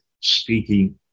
speaking